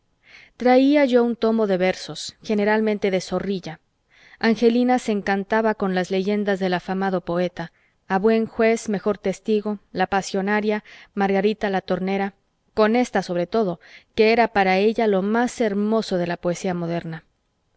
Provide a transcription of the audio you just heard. traía yo un tomo de versos generalmente de zorrilla angelina se encantaba con las leyendas del afamado poeta a buen juez mejor testigo la pasionaria margarita la tornera con ésta sobre todo que era para ella lo más hermoso de la poesía moderna